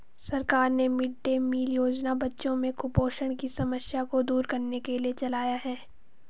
सरकार ने mid day meal योजना बच्चों में कुपोषण की समस्या को दूर करने के लिए चलाया है